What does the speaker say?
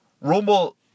Rumble